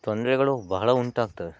ತೊಂದರೆಗಳು ಬಹಳ ಉಂಟಾಗ್ತವೆ